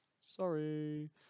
Sorry